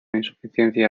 insuficiencia